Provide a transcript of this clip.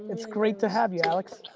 it's great to have you alex.